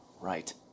Right